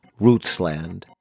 Rootsland